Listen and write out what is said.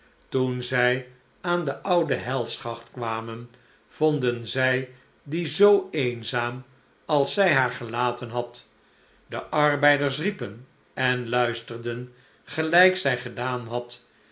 toen zij aan de oude helschacht kwamen vonden zij die zoo eenzaam als zij haar gelaten had de arbeiders riepen en luisterden gelijk zij gedaan had